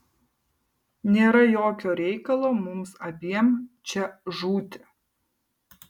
nėra jokio reikalo mums abiem čia žūti